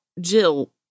Jill